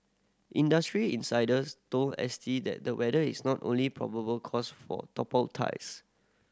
industry insiders told S T that the weather is not only probable cause for top tiles